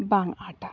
ᱵᱟᱝ ᱟᱸᱴᱟ